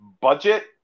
Budget